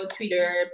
Twitter